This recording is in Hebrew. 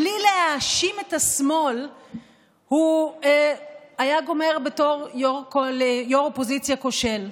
בלי להאשים את השמאל הוא היה גומר בתור יו"ר אופוזיציה כושל,